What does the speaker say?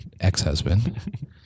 ex-husband